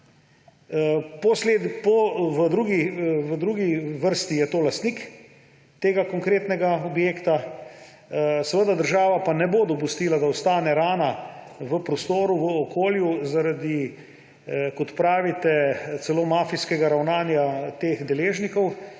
V drugi vrsti je to lastnik tega konkretnega objekta. Država pa ne bo dopustila, da ostane rana v prostoru, v okolju zaradi, kot pravite, celo mafijskega ravnanja teh deležnikov,